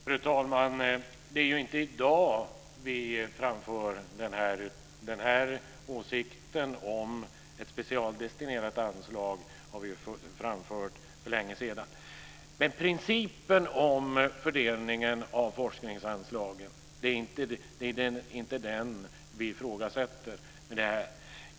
Fru talman! Det är ju inte just i dag som vi framför åsikten om ett specialdestinerat anslag. Den har vi framfört för längesedan. Det är inte principen om fördelningen av forskningsanslagen som vi ifrågasätter.